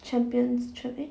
champions trip eh